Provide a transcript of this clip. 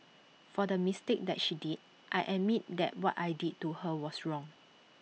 for the mistake that she did I admit that what I did to her was wrong